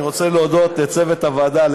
אני רוצה להודות לצוות הוועדה,